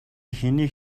хэнийг